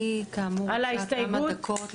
אני כאמור רוצה כמה דקות לדבר,